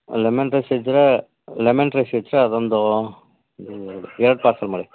lemon rice ಇದ್ರೆ lemon rice extra ಅದೊಂದು ಎರಡು ಪಾರ್ಸಲ್ ಮಾಡಿ